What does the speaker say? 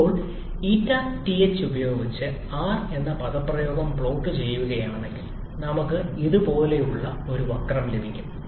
ഇപ്പോൾ ηth ഉപയോഗിച്ച് R എന്ന പദപ്രയോഗം പ്ലോട്ട് ചെയ്യുകയാണെങ്കിൽ നമുക്ക് ഇതുപോലുള്ള ഒരു വക്രം ലഭിക്കും